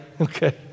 Okay